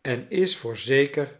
en is voorzeker